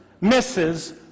misses